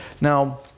Now